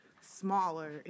smaller